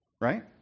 right